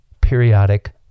Periodic